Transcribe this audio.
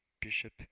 Bishop